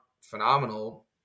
phenomenal